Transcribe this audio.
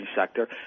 sector